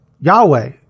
Yahweh